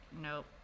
nope